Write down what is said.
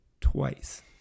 twice